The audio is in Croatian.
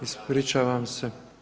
Ispričavam se.